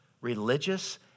religious